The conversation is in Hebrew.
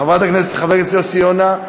חבר הכנסת יוסי יונה.